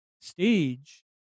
stage